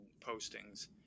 postings